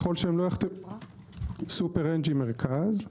סופראנג'י מרכז,